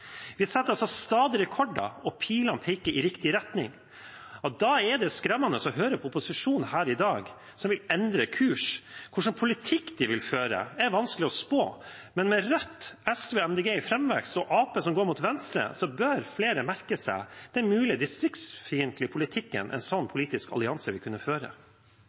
Vi setter altså stadig rekorder, og pilene peker i riktig retning. Da er det skremmende å høre på opposisjonen her i dag som vil endre kurs. Hva slags politikk de vil føre, er vanskelig å spå, men med Rødt, SV og MDG i framvekst og Arbeiderpartiet som går mot venstre, bør flere merke seg den mulig distriktsfiendtlige politikken en sånn politisk allianse vil kunne føre.